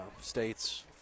State's